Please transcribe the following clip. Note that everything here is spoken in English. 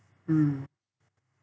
mm